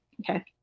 okay